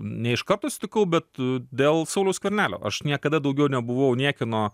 ne iš karto sutikau bet dėl sauliaus skvernelio aš niekada daugiau nebuvau niekieno